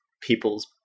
people's